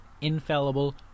infallible